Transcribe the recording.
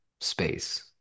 space